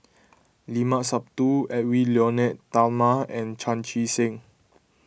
Limat Sabtu Edwy Lyonet Talma and Chan Chee Seng